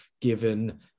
given